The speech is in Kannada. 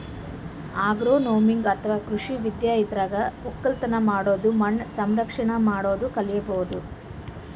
ಅಗ್ರೋನೊಮಿ ಅಥವಾ ಕೃಷಿ ವಿದ್ಯೆ ಇದ್ರಾಗ್ ಒಕ್ಕಲತನ್ ಮಾಡದು ಮಣ್ಣ್ ಸಂರಕ್ಷಣೆ ಮಾಡದು ಕಲಿಬಹುದ್